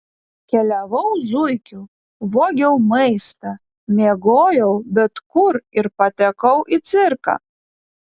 keliavau zuikiu vogiau maistą miegojau bet kur ir patekau į cirką